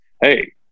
Hey